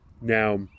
Now